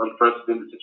unprecedented